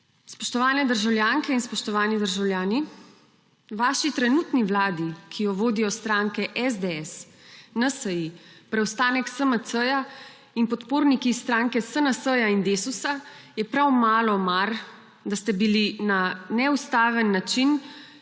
Spoštovane državljanke in spoštovani državljani, vaši trenutni vladi, ki jo vodijo stranke SDS, NSi, preostanek SMC-ja in podporniki iz stranke SNS-ja in Desusa, je prav malo mar, da ste bili na neustaven način